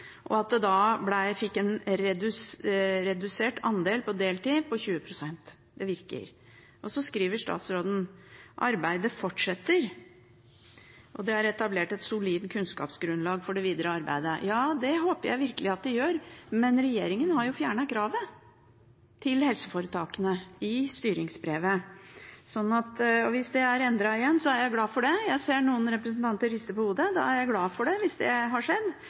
og en fikk da redusert andelen på deltid med 20 pst. Det virker. Så skriver statsråden: «Arbeidet fortsetter og det er etablert et solid kunnskapsgrunnlag for det videre arbeidet.» Ja, det håper jeg virkelig at det gjør, men regjeringen har jo fjernet kravet til helseforetakene i styringsbrevet. Hvis det er endret igjen, er jeg glad for det. Jeg ser noen representanter rister på hodet. Da er jeg glad hvis det har skjedd,